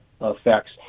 effects